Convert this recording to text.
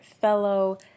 fellow